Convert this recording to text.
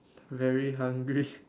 very hungry